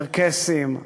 הצ'רקסים,